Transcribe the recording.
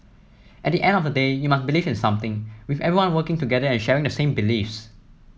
at the end of the day you must believe in something with everyone working together and sharing the same beliefs